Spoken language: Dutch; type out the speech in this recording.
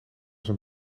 zijn